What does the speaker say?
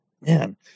man